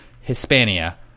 Hispania